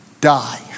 die